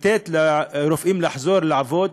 וניתן לרופאים לחזור לעבוד.